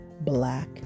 Black